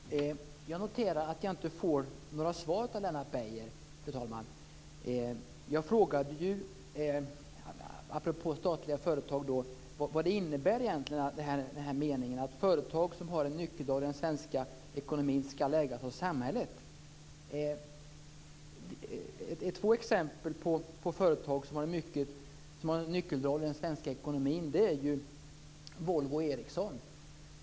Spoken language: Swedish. Fru talman! Jag noterar att jag inte får några svar av Lennart Beijer. Jag frågade apropå statliga företag vad den här meningen egentligen innebär: Företag som har en nyckelroll i den svenska ekonomin ska ägas av samhället. Två exempel på företag som har en nyckelroll i den svenska ekonomin är Volvo och Ericsson.